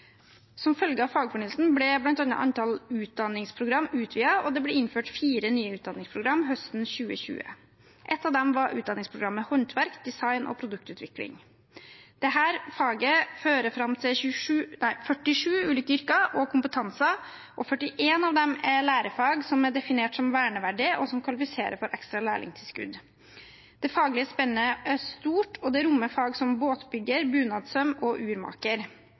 Som følge av fagfornyelsen ble bl.a. antall utdanningsprogram utvidet, og det ble innført fire nye utdanningsprogram høsten 2020. Ett av dem var utdanningsprogrammet håndverk, design og produktutvikling. Dette faget fører fram til 47 ulike yrker og kompetanser. 41 av dem er lærefag som er definert som verneverdige og kvalifiserer for ekstra lærlingtilskudd. Det faglige spennet er stort og rommer fag som båtbygger, bunadssøm og urmaker.